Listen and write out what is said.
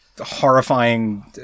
horrifying